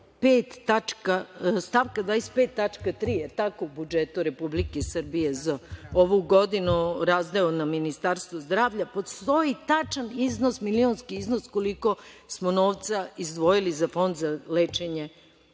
stavka 25. tačka 3. u budžetu Republike Srbije za ovu godinu, razdeo na Ministarstvo zdravlja, postoji tačan iznos, milionski iznos koliko smo novca izdvojili za Fond za lečenje